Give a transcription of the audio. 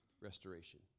restoration